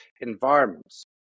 environments